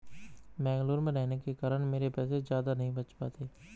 बेंगलुरु में रहने के कारण मेरे पैसे ज्यादा नहीं बच पाते